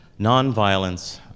Nonviolence